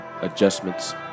adjustments